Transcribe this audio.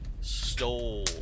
stole